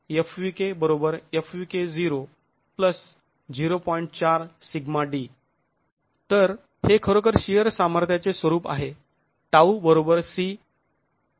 तर हे खरोखर शिअर सामर्थ्याचे स्वरूप आहे τ c μσ